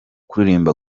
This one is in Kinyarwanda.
kuririmba